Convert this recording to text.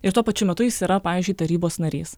ir tuo pačiu metu jis yra pavyzdžiui tarybos narys